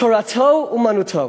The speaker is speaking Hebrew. תורתו אומנותו,